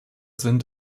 sind